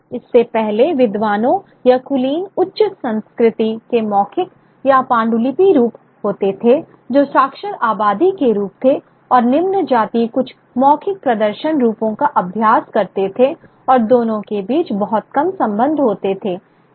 जबकि इससे पहले विद्वानों या कुलीन उच्च संस्कृति के मौखिक या पांडुलिपि रूप होते थे जो साक्षर आबादी के रूप थे और निम्न जाति कुछ मौखिक प्रदर्शन रूपों का अभ्यास करते थे और दोनों के बीच बहुत कम संबंध होते थे